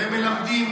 והם מלמדים,